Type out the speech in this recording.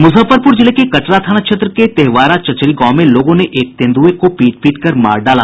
मुजफ्फरपुर जिले के कटरा थाना क्षेत्र के तेहवारा चचरी गांव में लोगों ने एक तेंदुए को पीट पीटकर मार डाला